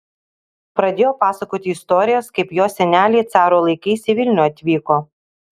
pradėjo pasakoti istorijas kaip jos seneliai caro laikais į vilnių atvyko